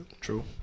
true